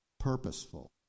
purposeful